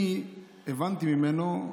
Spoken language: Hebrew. אני הבנתי ממנו,